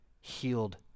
healed